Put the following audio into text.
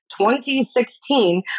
2016